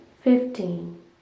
fifteen